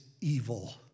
evil